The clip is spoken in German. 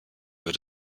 wird